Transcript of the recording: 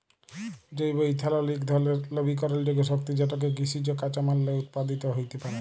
জৈব ইথালল ইক ধরলের লবিকরলযোগ্য শক্তি যেটকে কিসিজ কাঁচামাললে উৎপাদিত হ্যইতে পারে